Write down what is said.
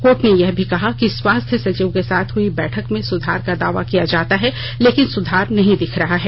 court ने यह भी कहा कि स्वास्थ्य सचिव के साथ हुई बैठक में सुधार का दावा किया जाता है लेकिन सुधार नहीं दिख रहा है